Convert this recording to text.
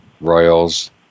Royals